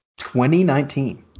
2019